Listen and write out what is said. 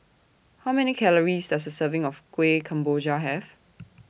How Many Calories Does A Serving of Kueh Kemboja Have